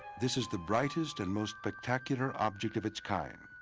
this is the brightest and most spectacular object of its kind.